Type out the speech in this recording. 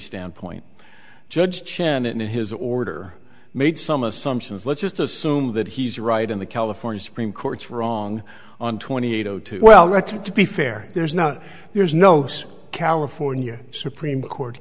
standpoint judge chen and his order made some assumptions let's just assume that he's right in the california supreme court's wrong on twenty eight o two well wretched to be fair there's no there's no california supreme court